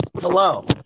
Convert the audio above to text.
Hello